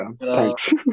thanks